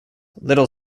little